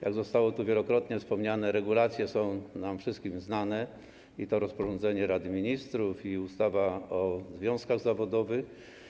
Jak zostało to wielokrotnie wspomniane, regulacje są nam wszystkim znane - i rozporządzenie Rady Ministrów, i ustawa o związkach zawodowych.